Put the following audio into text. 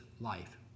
life